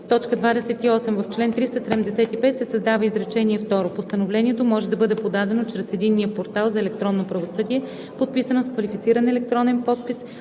подпис“. 28. В чл. 375 се създава изречение второ: „Постановлението може да бъде подадено чрез единния портал за електронно правосъдие, подписано с квалифициран електронен подпис,